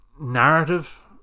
narrative